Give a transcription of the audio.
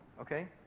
Okay